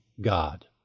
God